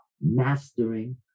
mastering